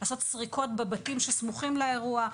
לעשות סריקות בבתים שסמוכים לאירוע.